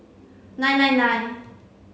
nine nine nine